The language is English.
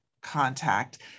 contact